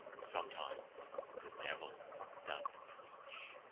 sometimes the devil doth preach.